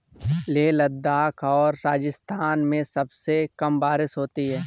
लेह लद्दाख और राजस्थान में सबसे कम बारिश होती है